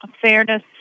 fairness